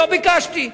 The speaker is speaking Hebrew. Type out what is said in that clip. לא ביקשתי.